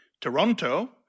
Toronto